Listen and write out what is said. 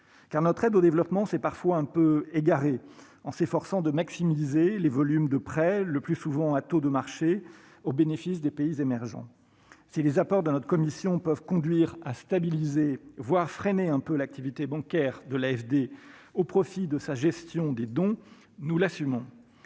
Car notre aide au développement s'est parfois un peu égarée en s'efforçant de maximiser les volumes de prêts, le plus souvent à taux de marché, au bénéfice des pays émergents. Si les apports de notre commission peuvent conduire à stabiliser, voire à freiner un peu l'activité bancaire de l'AFD (Agence française de développement) au profit de sa gestion des dons, nous l'assumons.